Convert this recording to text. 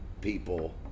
people